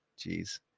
Jeez